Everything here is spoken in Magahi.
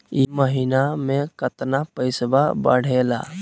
ई महीना मे कतना पैसवा बढ़लेया?